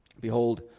Behold